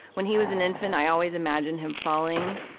when he was an infant, i always imagined him falling,